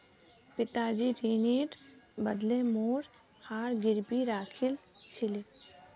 पिताजी ऋनेर बदले मोर हार गिरवी राखिल छिले